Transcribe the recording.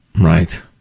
Right